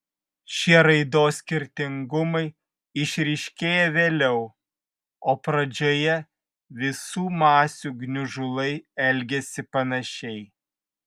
šie raidos skirtingumai išryškėja vėliau o pradžioje visų masių gniužulai elgiasi panašiai